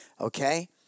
okay